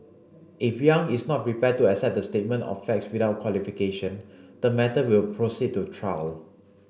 if Yang is not prepared to accept the statement of facts without qualification the matter will proceed to trial